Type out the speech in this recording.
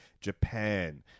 Japan